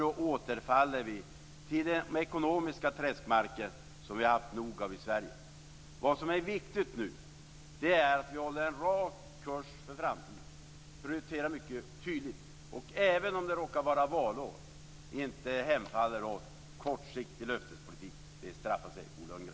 Då återfaller vi till de ekonomiska träskmarker som vi har haft nog av i Sverige. Vad som är viktigt nu är att vi håller en rak kurs för framtiden, att vi prioriterar mycket tydligt och att vi, även om det råkar vara valår, inte hemfaller åt kortsiktig löftespolitik. Det straffar sig, Bo Lundgren.